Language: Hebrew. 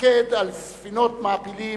פיקד על ספינות מעפילים,